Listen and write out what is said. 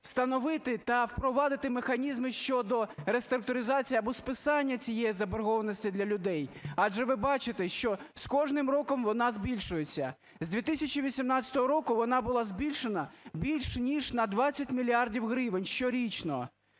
встановити та впровадити механізми щодо реструктуризації або списання цієї заборгованості для людей. Адже ви бачите, що з кожним роком вона збільшується. З 2018 року вона була збільшена більш ніж на 20 мільярдів гривень щорічно.